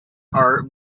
are